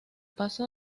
paso